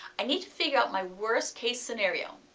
i need to figure out my worst case scenario,